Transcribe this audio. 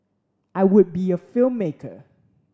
I would be a filmmaker